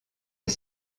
est